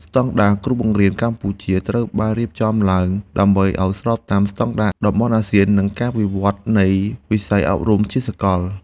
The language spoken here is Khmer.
ស្តង់ដារគ្រូបង្រៀនកម្ពុជាត្រូវបានរៀបចំឡើងដើម្បីឱ្យស្របតាមស្តង់ដារតំបន់អាស៊ាននិងការវិវត្តនៃវិស័យអប់រំជាសកល។